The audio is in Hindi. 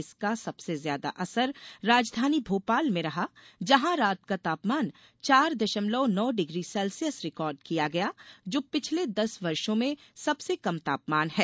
इसका सबसे ज्यादा असर राजधानी भोपाल में रहा जहां रात का तापमान चार दशमलव नौ डिग्री सेल्सियस रिकार्ड किया गया जो पिछले दस वर्षो में सबसे कम तापमान है